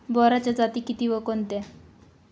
बोराच्या जाती किती व कोणत्या?